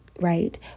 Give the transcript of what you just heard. right